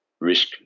risk